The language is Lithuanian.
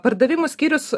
pardavimų skyrius